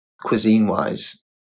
cuisine-wise